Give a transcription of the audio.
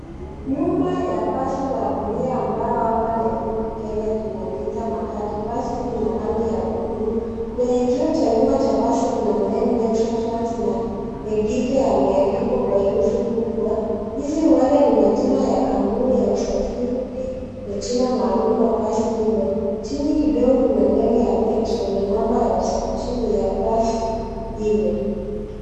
Nyuma ya basi la abira ambao hapa Nairobi, Kenya tunaliita matatu. Basi hili lina rangi ya bluu. Kwenye kioo cha basi cha nyuma kuna maneno MetroTrans na Bendito yameandikwa kwa herufi kubwa, hizi huenda ni majina ya kampuni ya usafiri na jina maalum la basi hilo. Chini kidogo kuna neno ya metro na namba ya usajili ya basi hilo.